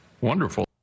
wonderful